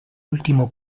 último